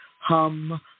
hum